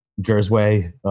Jersey